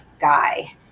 guy